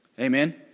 Amen